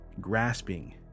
grasping